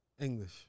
English